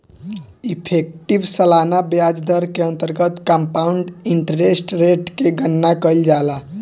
effective सालाना ब्याज दर के अंतर्गत कंपाउंड इंटरेस्ट रेट के गणना कईल जाला